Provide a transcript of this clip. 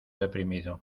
deprimido